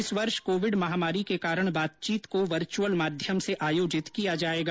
इस वर्ष कोविड महामारी के कारण बातचीत को वर्च्यअल माध्यम से आयोजित किया जाएगा